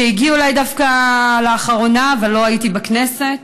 שהגיעו אליי דווקא לאחרונה, ולא הייתי בכנסת,